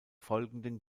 folgenden